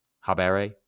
Habere